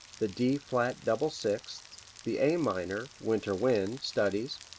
the d flat double sixths, the a minor winter wind studies,